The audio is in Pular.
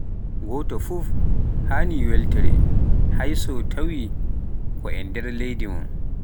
gooto fof haani foti weltaade hay so tawii ko e nder leydi mum